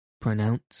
Pronounce